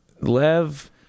Lev